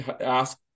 ask